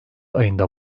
ayında